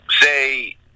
say